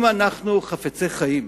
אם אנחנו חפצי חיים,